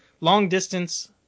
long-distance